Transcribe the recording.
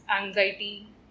anxiety